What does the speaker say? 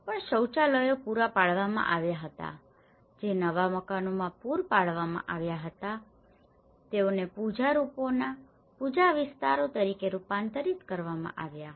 પણ શૌચાલયો પૂરા પાડવામાં આવ્યા હતા જે નવા મકાનોમાં પૂરા પાડવામાં આવતા હતા તેઓને પૂજા રૂપોના પૂજા વિસ્તારો તરીકે રૂપાંતરિત કરવામાં આવ્યા છે